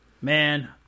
Man